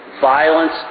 violence